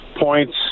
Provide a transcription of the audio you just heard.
points